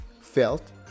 felt